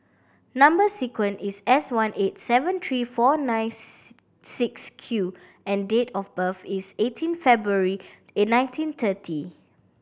number sequence is S one eight seven three four ninth six Q and date of birth is eighteen February a nineteen thirty